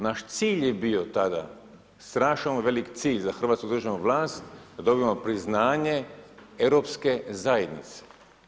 Naš cilj je bio tada, strašno velik cilj za hrvatsku državni vlast da dobijemo priznanje europske zajednice.